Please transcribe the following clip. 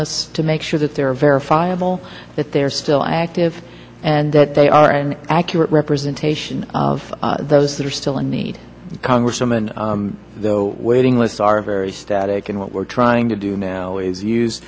lists to make sure that they are verifiable that they're still active and that they are an accurate representation of those that are still in need congresswoman the waiting lists are very static and what we're trying to do now is use